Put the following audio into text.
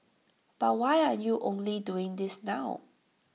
but why are you only doing this now